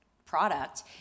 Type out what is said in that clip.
Product